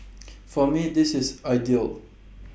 for me this is ideal